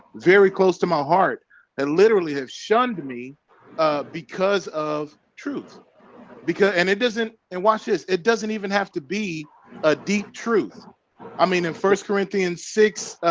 very close to my heart and literally have shunned me because of truth because and it doesn't and watch this it doesn't even have to be a deep truth i mean in first corinthians six,